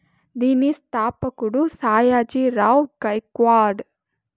దీని స్థాపకుడు సాయాజీ రావ్ గైక్వాడ్